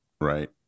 right